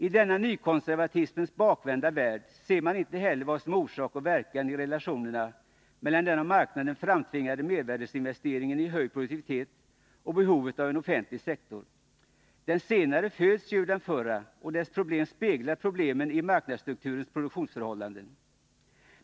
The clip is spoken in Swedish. I denna nykonservatismens bakvända värld ser man inte heller vad som är orsak och verkan i relationerna mellan den av marknaden framtvingade mervärdesinvesteringen i höjd produktivitet och behovet av en offentlig sektor. Den senare föds ur den förra, och dess problem speglar problemen i marknadsstrukturens produktionsförhållanden.